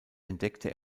entdeckte